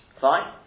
Fine